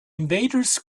invaders